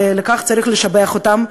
ועל כך צריך לשבח אותם,